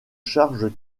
charge